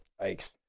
Yikes